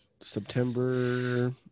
September